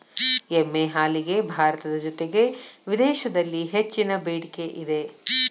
ಎಮ್ಮೆ ಹಾಲಿಗೆ ಭಾರತದ ಜೊತೆಗೆ ವಿದೇಶಿದಲ್ಲಿ ಹೆಚ್ಚಿನ ಬೆಡಿಕೆ ಇದೆ